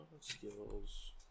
Skills